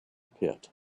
pit